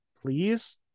please